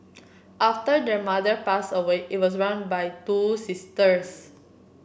after their mother passed away it was run by two sisters